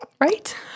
Right